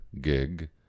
gig